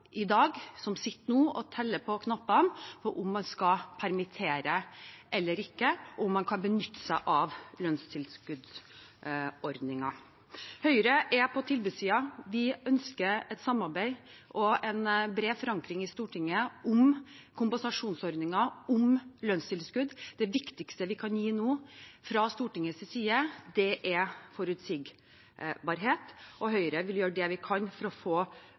som nå sitter og teller på knappene om man skal permittere eller ikke, og om man kan benytte seg av lønnstilskuddsordningen. Høyre er på tilbudssiden. Vi ønsker et samarbeid og en bred forankring i Stortinget om kompensasjonsordningen og om lønnstilskudd. Det viktigste vi kan gi nå fra Stortingets side, er forutsigbarhet, og Høyre vil gjøre det vi kan for å få